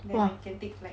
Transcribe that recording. then I can take like